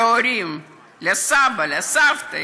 להורים, לסבא, לסבתא.